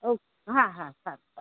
okay હાં હાં સારું સારું